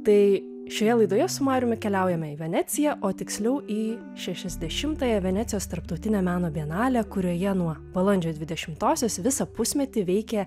tai šioje laidoje su mariumi keliaujame į veneciją o tiksliau į šešiasdešimtąją venecijos tarptautinio meno bienalę kurioje nuo balandžio dvidešimtosios visą pusmetį veikė